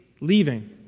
leaving